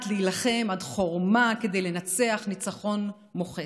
להילחם עד חורמה כדי לנצח ניצחון מוחץ,